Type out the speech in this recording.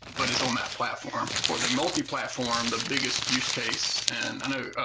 but it's on that platform for the multi-platform, the biggest use case and i know,